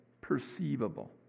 perceivable